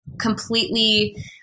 completely